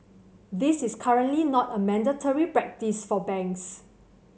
this is currently not a mandatory practice for banks